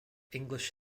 english